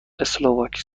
اسلواکی